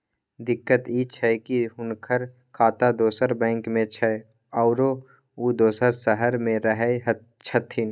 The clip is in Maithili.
दिक्कत इ छै की हुनकर खाता दोसर बैंक में छै, आरो उ दोसर शहर में रहें छथिन